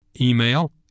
Email